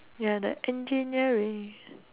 we are the engineering